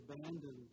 abandoned